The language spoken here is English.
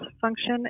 function